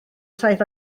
saith